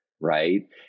right